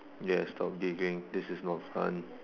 yes stop giggling this is not fun